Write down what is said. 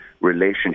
relationship